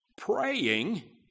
praying